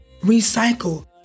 Recycle